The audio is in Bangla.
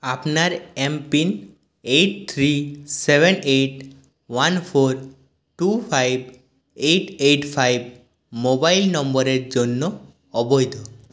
আপনার M PIN eight three seven eight one four two five eight eight five mobile নম্বরের জন্য অবৈধ